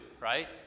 right